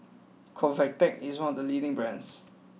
Convatec is one of the leading brands